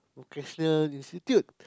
Christian Institute